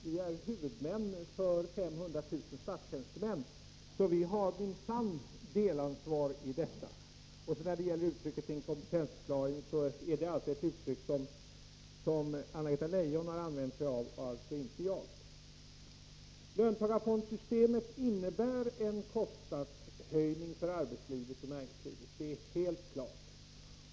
Vi är huvudmän för 500 000 statstjänstemän, så vi har minsann delansvar i detta. Uttrycket inkompetensförklaring är ett uttryck som Anna-Greta Leijon har använt och inte jag. Löntagarfondssystemet innebär en kostnadshöjning för arbetslivet och näringslivet, det är helt klart.